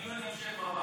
דיון בהמשך בוועדה.